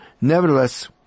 Nevertheless